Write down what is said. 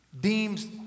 Deems